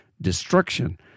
destruction